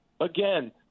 again